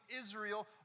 Israel